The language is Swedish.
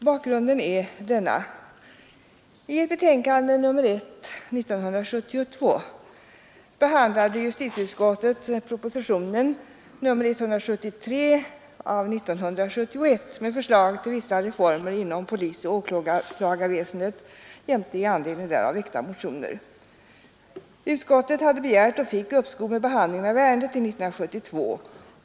Bakgrunden är denna: I sitt betänkande nr 1 år 1972 behandlade justitieutskottet propositionen 173 år 1971 med förslag till vissa reformer inom polisoch åklagarväsendet jämte i anledning därav väckta motioner. Utskottet hade begärt och fått uppskov med behandlingen av ärendet till 1972.